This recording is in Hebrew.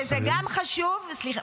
שזה גם חשוב -- נא לסיים.